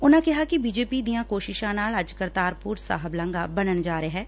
ਉਨੂਾ ਕਿਹਾ ਕਿ ਬੀਜੇਪੀ ਦੀਆਂ ਕੋਸ਼ਿਸ਼ਾਂ ਨਾਲ ਅੱਜ ਕਰਤਾਰਪੁਰ ਸਾਹਿਬ ਲਾਘਾ ਬਣਨ ਜਾ ਰਿਹੈ